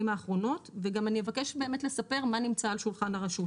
האחרונות וגם אני אבקש באמת לספר מה נמצא על שולחן הרשות,